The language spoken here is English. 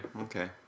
Okay